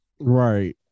Right